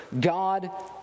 God